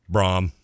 Brom